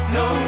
no